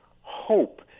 hope